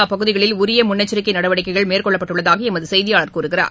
அப்பகுதிகளில் உரியமுன்னெச்சரிக்கைநடவடிக்கைகள் மேற்கொள்ளப்பட்டிருப்பதாகஎமதசெய்தியாளர் கூறுகிறார்